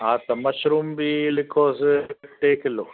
हा त मशरूम बि लिखियोसि टे किलो